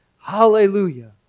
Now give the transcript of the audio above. Hallelujah